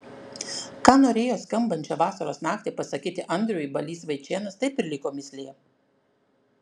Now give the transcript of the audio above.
ką norėjo skambančią vasaros naktį pasakyti andriui balys vaičėnas taip ir liko mįslė